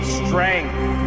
strength